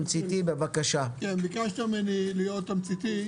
ביקשת ממני להיות תמציתי.